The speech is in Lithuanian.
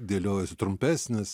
dėliojasi trumpesnis